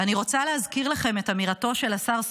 ואני רוצה להזכיר לכם את אמירתו של השר סמוטריץ'